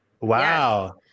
Wow